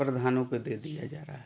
प्रधानों को दे दिया जा रहा है